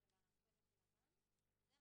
--- אז אקרא את (ב): "אין